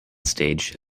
stage